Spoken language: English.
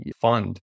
fund